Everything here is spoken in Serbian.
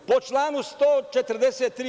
Po članu 143.